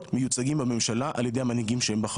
מיוצגים בממשלה על ידי המנהיגים שהם בחרו.